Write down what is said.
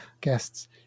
guests